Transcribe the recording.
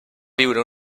viure